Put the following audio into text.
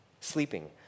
sleeping